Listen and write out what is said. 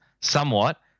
somewhat